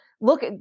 look